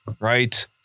right